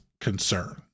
concern